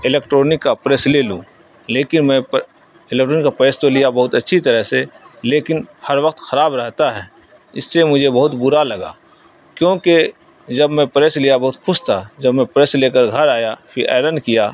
electronic کا press لے لوں لیکن میں الیکٹرونک کا پریس تو لیا بہت اچھی طرح سے لیکن ہر وقت خراب رہتا ہے اس سے مجھے بہت برا لگا کیونکہ جب میں پریس لیا بہت خوش تھا جب میں پریس لے کر گھر آیا پھر آئرن کیا